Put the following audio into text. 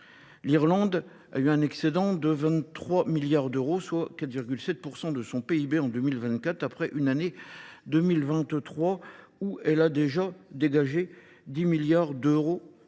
L'Irlande a eu un excédent de 23 milliards d'euros, soit 4,7% de son PIB en 2024 après une année 2023 où elle a déjà dégagé 10 milliards d'euros